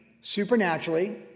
supernaturally